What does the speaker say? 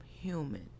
human